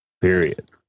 Period